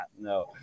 No